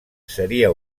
seria